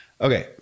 Okay